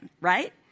right